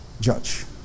judge